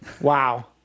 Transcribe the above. Wow